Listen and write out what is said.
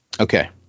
Okay